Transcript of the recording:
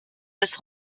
des